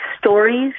stories